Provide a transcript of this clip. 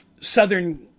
southern